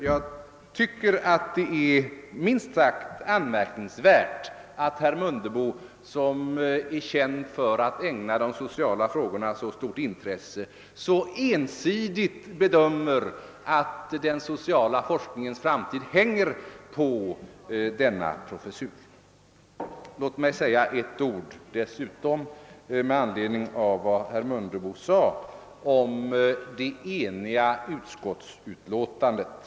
Jag tycker det är minst sagt anmärkningsvärt att herr Mundebo, som är känd för att ägna så stort intresse åt de sociala frågorna, så ensidigt anser att den sociala forskningens framtid hänger på denna professur. Låt mig sedan säga ett par ord med anledning av vad herr Mundebo sade om det enhälliga utskottsutlåtandet.